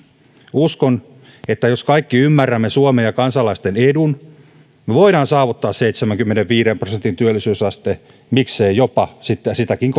uskon että jos me kaikki ymmärrämme suomen ja kansalaisten edun me voimme saavuttaa seitsemänkymmenenviiden prosentin työllisyysasteen miksei jopa sitten sitäkin